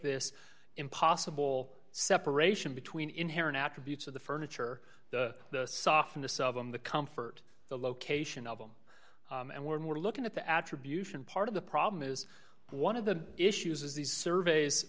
this impossible separation between inherent attributes of the furniture the softness of them the comfort the location of them and we're looking at the attribution part of the problem is one of the issues is these surveys